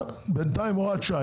בינתיים הוראת שעה.